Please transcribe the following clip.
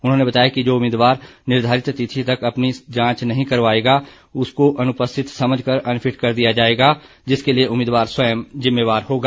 उन्होंने बताया कि जो उम्मीदवार निर्धारित तिथि तक अपनी जांच नहीं करवायेगा उसको अनुपस्थित समझ कर अनफिट कर दिया जायेगा जिसके लिए उम्मीदवार स्वयं जिम्मेवार होगा